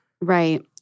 Right